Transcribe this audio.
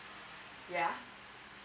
yeah